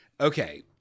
Okay